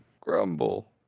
Grumble